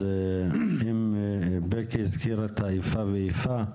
אם בקי הזכירה את האיפה ואיפה,